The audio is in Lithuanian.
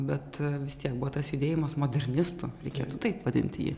bet vis tiek buvo tas judėjimas modernistų reikėtų taip vadinti jį